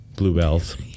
bluebells